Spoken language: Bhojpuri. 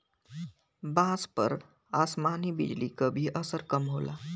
बांस पर आसमानी बिजली क भी असर कम होला